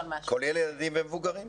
כולל ילדים ומבוגרים?